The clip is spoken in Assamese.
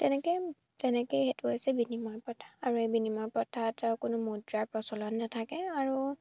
তেনেকৈ তেনেকেই সেইটো হৈছে বিনিময় প্ৰথা আৰু এই বিনিময় প্ৰথাত কোনো মুদ্ৰাৰ প্ৰচলন নাথাকে আৰু